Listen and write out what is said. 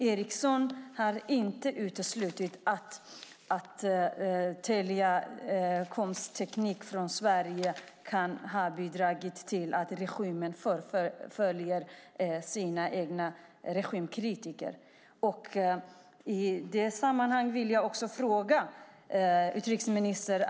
Ericsson har inte uteslutit att telekomteknik från Sverige kan ha bidragit till att regimen förföljer regimkritiker. I det sammanhanget vill jag ställa en fråga till utrikesministern.